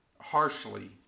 harshly